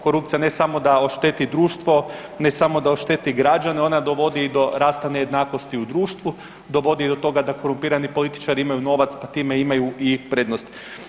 Korupcija ne samo da ošteti društvo, ne samo da ošteti građane, ona dovodi i do rasta nejednakosti u društvu, dovodi do toga da korumpirani političari imaju novac, pa time imaju i prednost.